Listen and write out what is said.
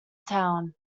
town